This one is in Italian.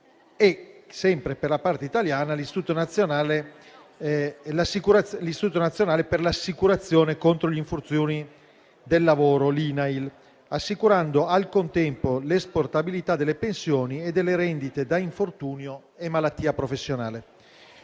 di previdenza sociale (INPS) e l'Istituto nazionale per l'assicurazione contro gli infortuni sul lavoro (INAIL) - assicurando al contempo l'esportabilità delle pensioni e delle rendite da infortunio e malattia professionale.